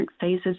phases